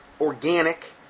organic